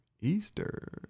Easter